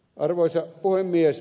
arvoisa puhemies